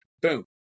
Boom